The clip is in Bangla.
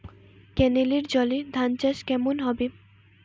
কেনেলের জলে ধানচাষ কেমন হবে?